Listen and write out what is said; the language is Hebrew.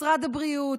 משרד הבריאות,